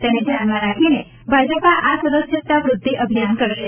તેને ધ્યાનમાં રાખીને ભાજપા આ સદસ્યતા વૃધ્ધિ અભિયાન કરશે